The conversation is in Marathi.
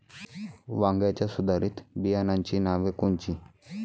वांग्याच्या सुधारित बियाणांची नावे कोनची?